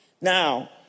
now